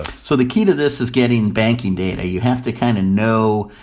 so the key to this is getting banking data. you have to kind of know